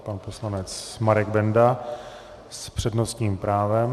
Pan poslanec Marek Benda s přednostním právem.